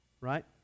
Right